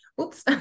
Oops